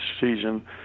season